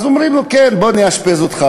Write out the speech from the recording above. אז אומרים לו: כן, בואו נאשפז אותך.